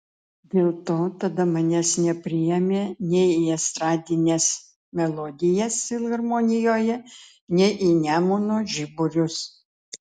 dėl to tada manęs nepriėmė nei į estradines melodijas filharmonijoje nei į nemuno žiburius